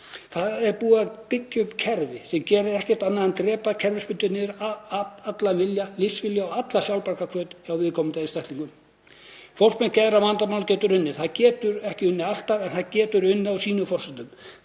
Það er búið að byggja upp kerfi sem gerir ekkert annað en að drepa kerfisbundið niður allan lífsvilja og alla sjálfsbjargarhvöt hjá viðkomandi einstaklingum. Fólk með geðræn vandamál getur unnið. Það getur ekki unnið alltaf en það getur unnið á sínum forsendum.